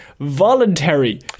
voluntary